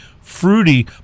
fruity